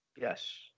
Yes